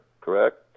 Correct